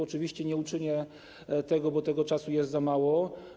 Oczywiście nie uczynię tego, bo tego czasu jest za mało.